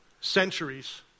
centuries